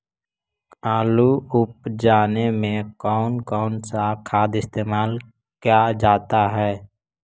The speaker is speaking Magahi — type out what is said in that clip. आलू उप जाने में कौन कौन सा खाद इस्तेमाल क्या जाता है?